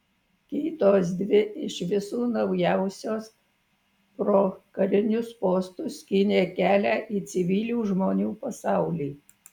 kitos dvi iš visų naujausios pro karinius postus skynė kelią į civilių žmonių pasaulį